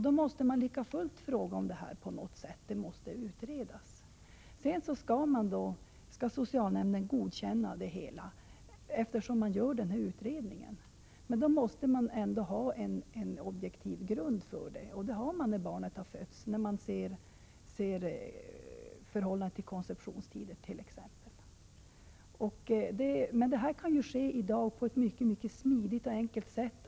Då måste man likafullt ställa frågor och på något sätt utreda. Sedan skall socialnämnden godkänna det hela, eftersom den gör utredningen. För att göra denna utredning måste det finnas en objektiv grund, och det har man när barnet har fötts, när man ser förhållandet till konceptionstiden t.ex. Erkännandeförfarandet kan i dag ske på ett mycket smidigt och enkelt sätt.